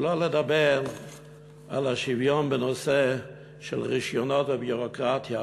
שלא לדבר על השוויון בנושא של רישיונות וביורוקרטיה.